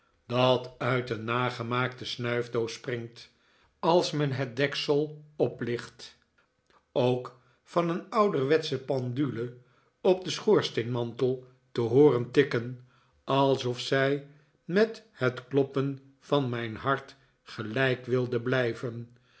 dat uit een nagemaakte snuifdoos springt als men het deksel oplicht ook van eeri ouderwetsche pendule op den schoorsteenmantel te hooren tikken alsof zij met het kloppen van mijn hart gelijk wilde blijven